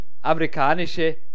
amerikanische